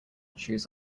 chews